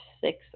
six